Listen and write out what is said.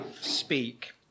speak